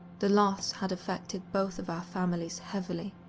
the loss had affected both of our families heavily,